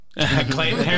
Clayton